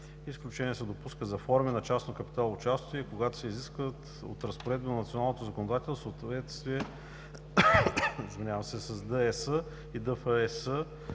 Изключение се допуска за форми на частно капиталово участие, когато се изискват от разпоредби на националното законодателство в съответствие с ДЕС и ДФЕС